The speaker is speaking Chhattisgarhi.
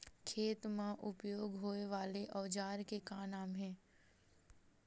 खेत मा उपयोग होए वाले औजार के का नाम हे?